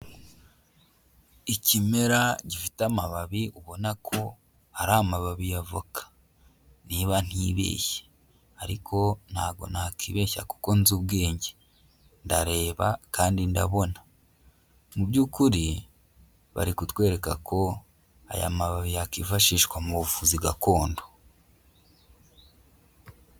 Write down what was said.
Ikimera gifite amababi ubona ko ari amababi ya avoka niba ntibeshye, ariko ntabwo nakibeshya kuko nzi ubwenge, ndareba kandi ndabona, mu by'ukuri bari kutwereka ko aya mababi yakwifashishwa mu buvuzi gakondo.